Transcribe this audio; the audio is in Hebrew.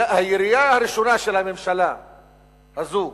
הירייה הראשונה של הממשלה הזו,